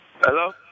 Hello